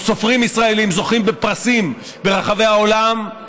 סופרים ישראלים זוכים בפרסים ברחבי העולם מחול,